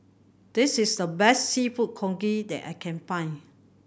this is the best Seafood Congee that I can find